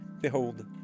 Behold